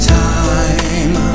time